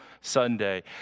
Sunday